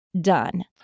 done